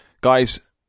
guys